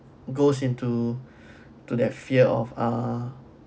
goes into to that fear of uh